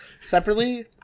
separately